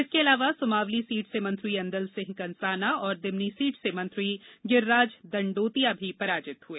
इसके अलावा सुमावली सीट से मंत्री एंदल सिंह कंसाना और दिमनी सीट से मंत्री गिर्राज दंडोतिया भी पराजित हुए